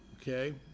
Okay